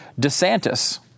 DeSantis